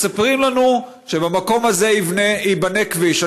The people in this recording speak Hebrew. מספרים לנו שבמקום הזה ייבנה כביש.